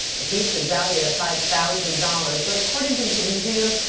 the piece is valued at five thousand dollars. but according to the museum,